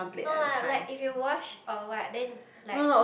no lah like if you wash or what then like